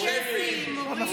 זמרים, שפים, מורים.